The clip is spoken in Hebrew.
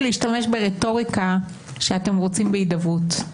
להשתמש ברטוריקה שאתם רוצים בהידברות.